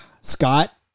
Scott